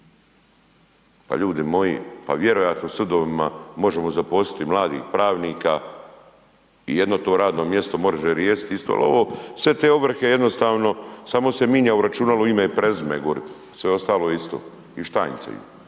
Pa ljudi moji vjerojatno u sudovima možemo zaposliti mladih pravnika i jedno to radno mjesto može se riješiti isto, ali sve te ovrhe jednostavno samo se mijenja u računalu ime i prezime gore, sve ostalo je isto i štancaju.